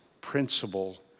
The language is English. principle